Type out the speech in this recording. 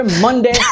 Monday